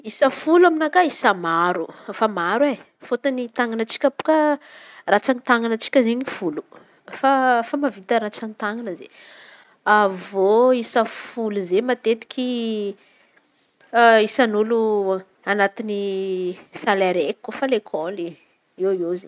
Isa folo aminakà isa maro ,efa maro e fôtony tan̈anantsika bôaka ratsan-tan̈anantsika izen̈y folo efa efa mahavita rantsa-tan̈ana izen̈y. Avy eo isa folo zey matetiky isany olo anaty saly araiky kôfa a lekôly eo ho eo zay.